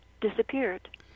disappeared